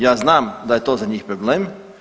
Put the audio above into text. Ja znam da je to za njih problem.